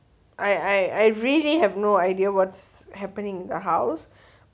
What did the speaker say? I I I really have no idea what's happening in the house